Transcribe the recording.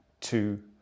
two